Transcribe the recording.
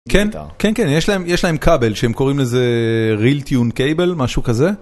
כן, יש להם כבל שהם קוראים לזה רילטיון קייבל, משהו כזה.